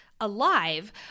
alive